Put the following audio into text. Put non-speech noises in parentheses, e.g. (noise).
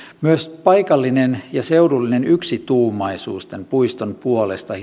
myös paikallinen ja seudullinen yksituumaisuus ja sitoutuminen tämän puiston puolesta (unintelligible)